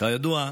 2. כידוע,